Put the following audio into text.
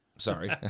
Sorry